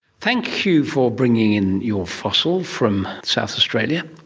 thank you for bringing in your fossil from south australia.